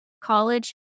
college